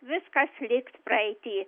viskas liks praeity